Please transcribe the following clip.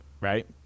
right